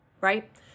right